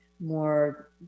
more